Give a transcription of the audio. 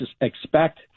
expect